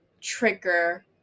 trigger